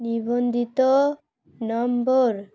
নিবন্ধিত নম্বর